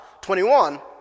21